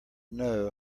know